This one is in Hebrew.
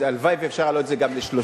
והלוואי שאפשר היה להעלות את זה גם ל-30%.